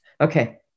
Okay